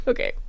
Okay